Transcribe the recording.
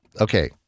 okay